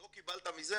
לא קיבלת מזה,